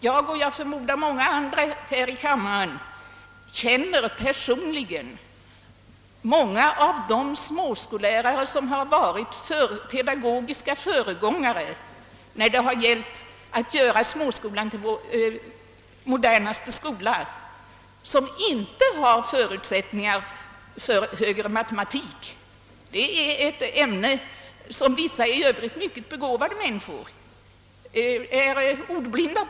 Jag — och troligen åtskilliga andra här i kammaren — känner personligen många av de småskollärare som har varit pedagogiska föregångare när det gällt att göra småskolan till vår modernaste skola men som inte har förutsättningar för högre matematik. Det är ett ämne som vissa, i övrigt mycket begåvade människor är »ordblinda» för.